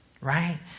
right